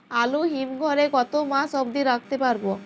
আলু হিম ঘরে কতো মাস অব্দি রাখতে পারবো?